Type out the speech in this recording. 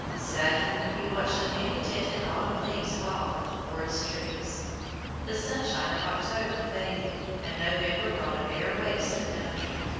sadly he watched the many-tinted autumn leaves fall from the forest trees the sunshine of october faded, and november brought a bare waste of country.